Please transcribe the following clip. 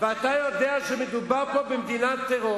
אתה יודע גם שאין מדיניות כלפי ה"חמאס".